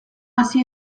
hasi